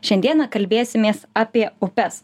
šiandieną kalbėsimės apie upes